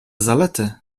zalety